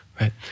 Right